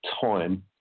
time